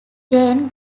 jane